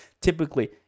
Typically